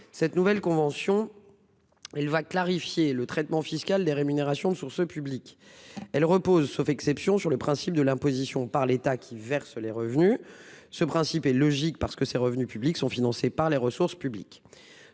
la nouvelle convention clarifiera le traitement fiscal des rémunérations de source publique. Elle repose, sauf exception, sur le principe de l'imposition par l'État qui verse ces revenus. Il s'agit là d'un choix logique, car ces revenus publics sont financés par les ressources publiques.